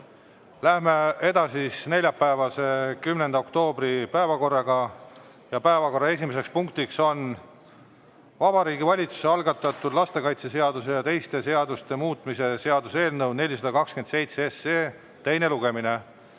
Läheme edasi neljapäevase, 10. oktoobri päevakorraga. Päevakorra esimene punkt on Vabariigi Valitsuse algatatud lastekaitseseaduse ja teiste seaduste muutmise seaduse eelnõu 427 teine lugemine.